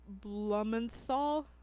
blumenthal